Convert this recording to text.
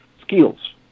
skills